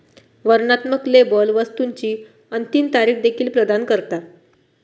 वर्णनात्मक लेबल वस्तुची अंतिम तारीख देखील प्रदान करता